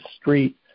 street